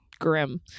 grim